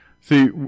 See